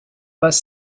pas